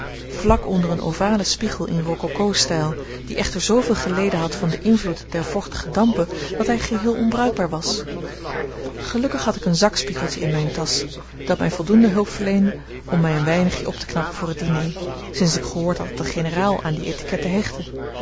vlak onder een ovalen spiegel in rococostijl die echter zooveel geleden had van den invloed der vochtige dampen dat hij geheel onbruikbaar was gelukkig had ik een zakspiegeltje in mijne tasch dat mij voldoende hulp verleende om mij een weinigje op te knappen voor het diner sinds ik gehoord had dat de generaal aan die étiquette hechtte